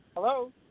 Hello